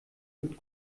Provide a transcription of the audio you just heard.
mit